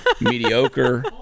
Mediocre